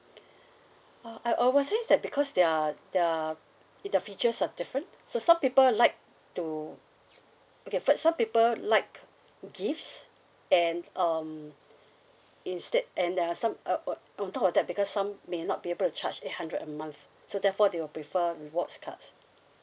err I I would say that because they are they are the features are different so some people like to okay first some people like gifts and um instead and there are some uh on top of that because some may not be able to charge eight hundred a month so therefore they will prefer rewards cards